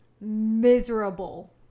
miserable